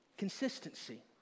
consistency